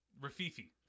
Rafifi